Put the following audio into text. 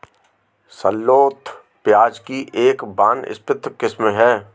shallot प्याज़ की एक वानस्पतिक किस्म है